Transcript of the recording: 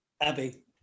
Abby